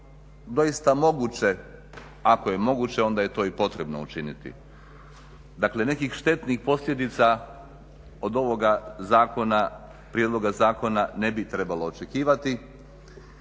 doista moguće, ako je moguće, onda je to i potrebno učiniti. Dakle, nekih štetnih posljedica od ovoga zakona, prijedloga zakona ne bi trebalo očekivati.